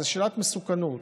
זו שאלת מסוכנות.